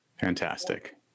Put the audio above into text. Fantastic